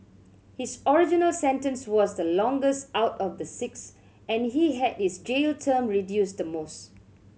his original sentence was the longest out of the six and he had his jail term reduced the most